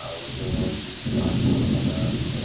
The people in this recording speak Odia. ଆଉ ଯେଉଁ ବସ୍ଟି ଥିଲା ସେ ବସ୍ଟା